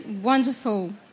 wonderful